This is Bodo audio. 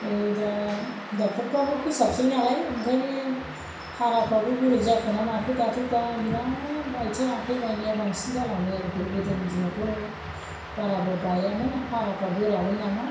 नै दा डक्टरफ्राबो फोसाबसै नालाय ओंखायनो हाराफ्रानो गुरै जाखोना माखो दाथ' दा बिराथ आथिं आखाइ बायनाया बांसिन जालांबाय आरोखि गोदोनि दिनावथ' बाराबो बायामोन हाराफ्रा गोरामोन नामा